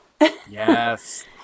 Yes